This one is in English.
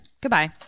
Goodbye